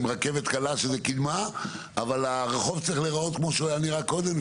רכבת קלה זה קדמה אבל הרחוב צריך להיראות כמו שהוא נראה קודם,